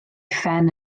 phen